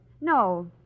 No